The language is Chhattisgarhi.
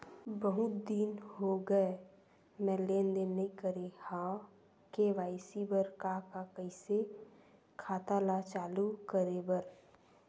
बहुत दिन हो गए मैं लेनदेन नई करे हाव के.वाई.सी बर का का कइसे खाता ला चालू करेबर?